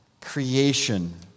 creation